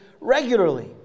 regularly